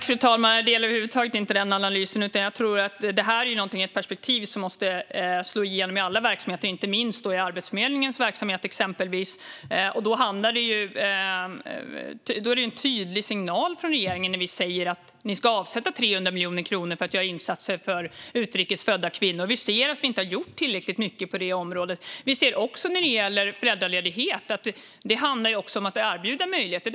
Fru talman! Jag delar över huvud taget inte den analysen, utan jag tror att detta är ett perspektiv som måste slå igenom i alla verksamheter - inte minst i Arbetsförmedlingens verksamhet, exempelvis. Det är ju en tydlig signal från regeringen att vi säger att man ska avsätta 300 miljoner kronor till insatser för utrikes födda kvinnor, eftersom vi ser att det inte har gjorts tillräckligt mycket på det området. När det gäller föräldraledighet ser vi att det handlar om att erbjuda möjligheter.